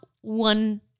one